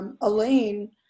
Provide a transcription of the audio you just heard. Elaine